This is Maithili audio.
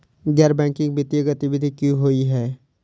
गैर बैंकिंग वित्तीय गतिविधि की होइ है?